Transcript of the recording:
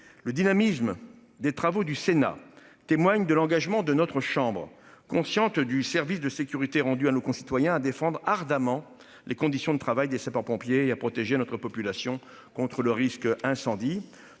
Le dynamisme des travaux du Sénat témoigne de l'engagement de notre chambre consciente du service de sécurité rendu à nos concitoyens à défendre ardemment les conditions de travail des sapeurs-pompiers et à protéger notre population contre le risque incendie.